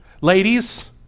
Ladies